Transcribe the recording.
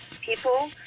people